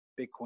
Bitcoin